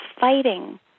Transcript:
fighting